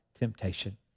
temptation